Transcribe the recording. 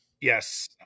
Yes